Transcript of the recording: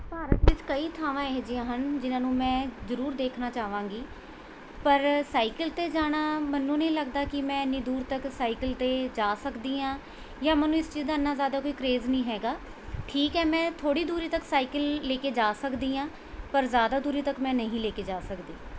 ਭਾਰਤ ਵਿੱਚ ਕਈ ਥਾਵਾਂ ਇਹੋ ਜਿਹੀਆਂ ਹਨ ਜਿਨ੍ਹਾਂ ਨੂੰ ਮੈਂ ਜ਼ਰੂਰ ਦੇਖਣਾ ਚਾਹਾਂਗੀ ਪਰ ਸਾਈਕਲ 'ਤੇ ਜਾਣਾ ਮੈਨੂੰ ਨਹੀਂ ਲੱਗਦਾ ਕਿ ਮੈਂ ਇੰਨੀ ਦੂਰ ਤੱਕ ਸਾਈਕਲ 'ਤੇ ਜਾ ਸਕਦੀ ਹਾਂ ਜਾਂ ਮੈਨੂੰ ਇਸ ਚੀਜ਼ ਦਾ ਇੰਨਾ ਜ਼ਿਆਦਾ ਕੋਈ ਕਰੇਜ਼ ਨਹੀਂ ਹੈਗਾ ਠੀਕ ਹੈ ਮੈਂ ਥੋੜ੍ਹੀ ਦੂਰੀ ਤੱਕ ਸਾਈਕਲ ਲੈ ਕੇ ਜਾ ਸਕਦੀ ਹਾਂ ਪਰ ਜ਼ਿਆਦਾ ਦੂਰੀ ਤੱਕ ਮੈਂ ਨਹੀਂ ਲੈ ਕੇ ਜਾ ਸਕਦੀ